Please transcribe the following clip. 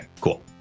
cool